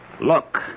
Look